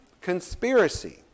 conspiracy